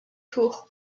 tour